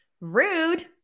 Rude